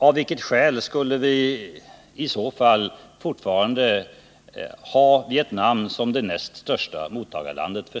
I så fall skulle landet inte vara vårt näst största mottagarland.